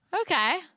Okay